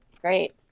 Great